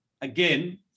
again